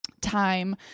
time